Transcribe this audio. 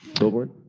billboard?